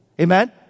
Amen